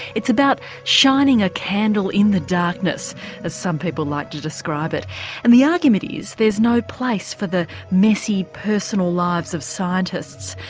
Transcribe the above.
it's about shining a candle in the darkness as some people like to describe it and the argument is there's no place for the messy personal lives of scientists,